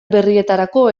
berrietarako